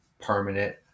permanent